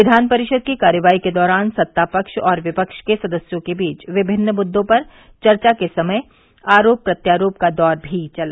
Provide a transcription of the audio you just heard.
विधान परिषद की कार्यवाही के दौरान सत्ता पक्ष और विपक्ष के सदस्यों के बीच विभिन्न मुद्दों पर चर्चा के समय आरोप प्रत्यारोप का दौर भी चला